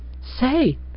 Say